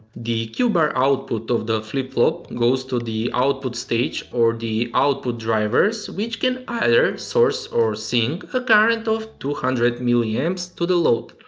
the q-bar output of the flip-flop goes to the output stage or the output drivers which can either source or sink a current of two hundred ma yeah ah to the load.